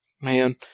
Man